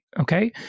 Okay